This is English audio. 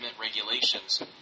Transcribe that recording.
regulations